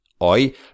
hoy